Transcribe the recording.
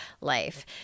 life